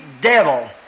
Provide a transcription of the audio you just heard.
devil